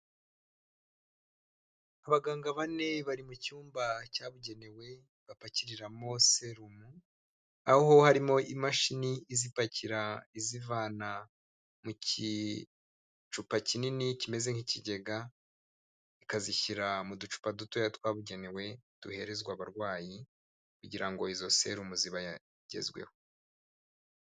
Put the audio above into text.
Abaganga bane bari mu cyumba cyabugenewe bapakiriramo serumo aho harimo imashini izipakira izivana mu gicupa kinini kimeze kimeze nk'ikigega ikazishyira mu ducupa dutoya twabugenewe duherezwa abarwayi kugira ngo izo seru mu zibagezweho.